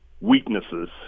weaknesses